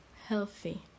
healthy